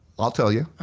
i'll tell you.